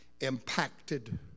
impacted